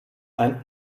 ein